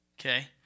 Okay